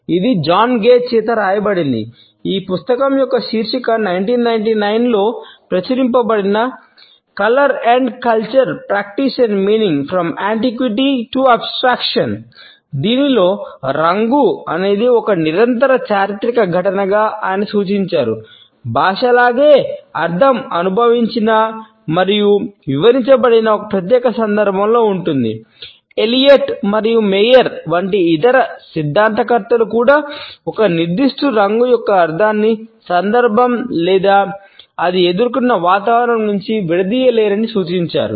ఇది John Gage వంటి ఇతర సిద్ధాంతకర్తలు కూడా ఒక నిర్దిష్ట రంగు యొక్క అర్ధాన్ని సందర్భం లేదా అది ఎదుర్కొన్న వాతావరణం నుండి విడదీయలేరని సూచించారు